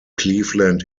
cleveland